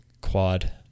quad